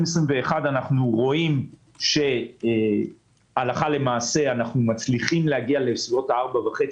אנחנו רואים שהלכה למעשה אנחנו מצליחים להגיע לסביבות 4.5%,